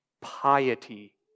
piety